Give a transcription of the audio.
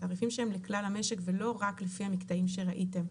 תעריפים שהם לכלל המשק ולא רק לפי המקטעים שראיתם.